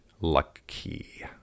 Lucky